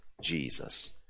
Jesus